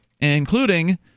including